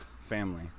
family